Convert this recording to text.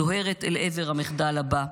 דוהרת אל עבר המחדל הבא.